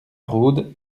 rhôde